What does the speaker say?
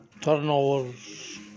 turnovers